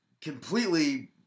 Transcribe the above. completely